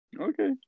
Okay